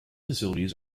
facilities